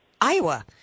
Iowa